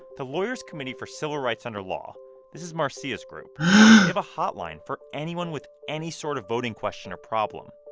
the lawyers' committee for civil rights under law this is marcia's group they have a hotline for anyone with any sort of voting question or problem.